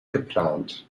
geplant